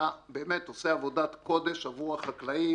אתה באמת עושה עבודת קודש עבור החקלאים.